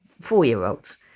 four-year-olds